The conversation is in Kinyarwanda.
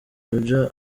roger